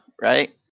right